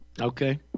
Okay